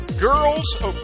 Girls